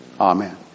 Amen